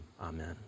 Amen